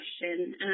question